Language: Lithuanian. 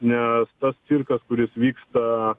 nes tas cirkas kuris vyksta